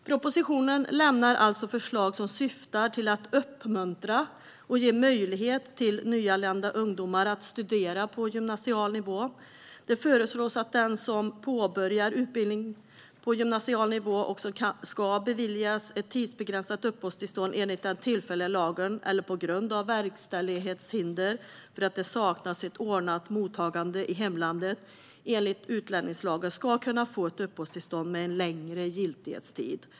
Propositionen lämnar alltså förslag som syftar till att uppmuntra och ge möjlighet till nyanlända ungdomar att studera på gymnasial nivå. Det föreslås att den som påbörjat utbildning på gymnasial nivå, och som ska beviljas ett tidsbegränsat uppehållstillstånd enligt den tillfälliga lagen eller på grund av verkställighetshinder för att det saknas ett ordnat mottagande i hemlandet, enligt utlänningslagen ska kunna få ett uppehållstillstånd med en längre giltighetstid.